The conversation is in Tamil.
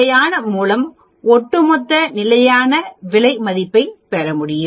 நிலையான மூலம் ஒட்டுமொத்த நிலையான விலை மதிப்பை பெற முடியும்